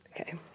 Okay